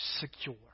secure